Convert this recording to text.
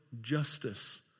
justice